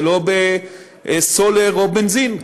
ולא בסולר או בנזין.